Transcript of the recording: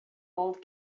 old